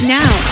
now